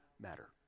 matter